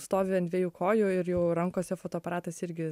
stovi ant dviejų kojų ir jau rankose fotoaparatas irgi